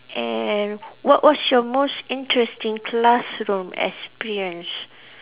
and what what's your most interesting classroom experience